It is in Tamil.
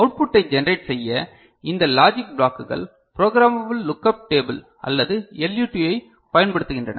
அவுட்புட்டை ஜெனரேட் செய்ய இந்த லாஜிக் பிளாக்குகள் ப்ரோக்ராமபல் லுக் அப் டேபிள் அல்லது LUT ஐப் பயன்படுத்துகின்றன